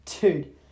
Dude